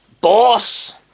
Boss